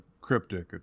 cryptic